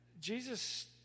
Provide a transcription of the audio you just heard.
Jesus